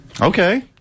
Okay